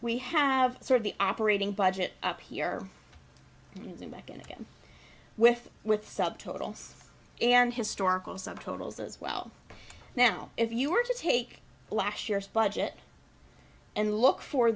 we have sort of the operating budget up here back in again with with subtotals and historical subtotals as well now if you were to take last year's budget and look for